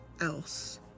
else